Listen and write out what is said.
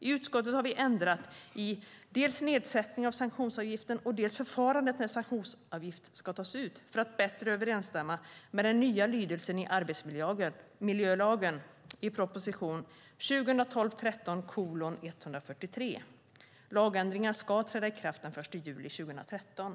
I utskottet har vi ändrat i dels nedsättningen av sanktionsavgiften, dels förfarandet när sanktionsavgift ska tas ut för att bättre överensstämma med den nya lydelsen i arbetsmiljölagen enligt proposition 2012/13:143. Lagändringarna ska träda i kraft den 1 juli 2013.